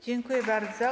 Dziękuję bardzo.